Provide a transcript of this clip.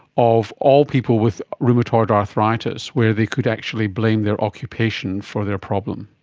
of all people with rheumatoid arthritis where they could actually blame their occupation for their problem?